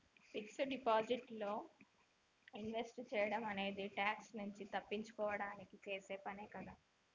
fixed deposit లో invest సేయడం అనేది ట్యాక్స్ నుంచి తప్పించుకోడానికి చేసే పనే కదా